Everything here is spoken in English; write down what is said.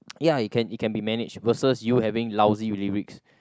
ya it can it can be managed versus you having lousy lyrics